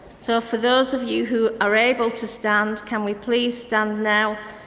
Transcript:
so for those of you who are able to stand can we please stand now